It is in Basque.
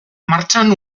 martxan